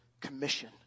commission